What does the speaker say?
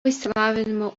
išsilavinimą